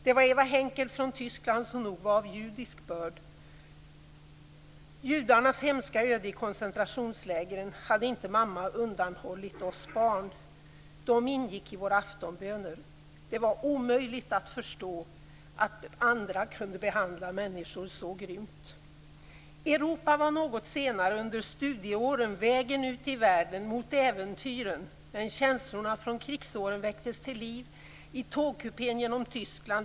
Det var Eva Henkel från Tyskland, som nog var av judisk börd. Judarnas hemska öde i koncentrationslägren hade inte mamma undanhållit oss barn. Dessa människor ingick i våra aftonböner. Det var omöjligt att förstå hur man kunde behandla människor så grymt. Europa var något senare, under studieåren, vägen ut i världen mot äventyren. Men känslorna från krigsåren väcktes till liv i tågkupén när vi åkte genom Tyskland.